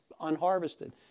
unharvested